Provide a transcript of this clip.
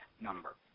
number